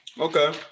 Okay